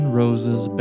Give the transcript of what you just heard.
roses